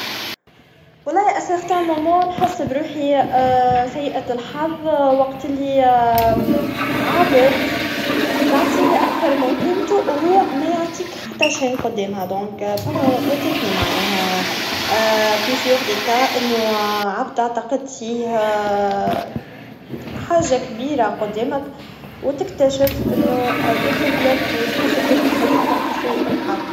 مرة، كنت راجع للبيت بعد يوم طويل، ونسيت محفظتي في القهوة. لما اكتشفت، كان لازم نرجع ونضيع وقت. شعرت بالانزعاج، لكن الحمد لله كل شيء كان موجود. هالتجربة علمتني أهمية التركيز وعدم التسرع في الأمور. السيئ الحظ ينجم يعلمنا دروس قيمة.